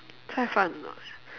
cai-fan ah